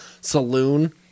Saloon